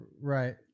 Right